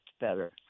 better